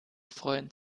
freuen